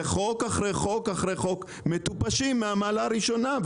זה חוק אחרי חוק אחרי חוק מטופשים מהמעלה הראשונה.